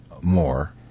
more